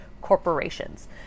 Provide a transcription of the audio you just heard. corporations